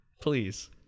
Please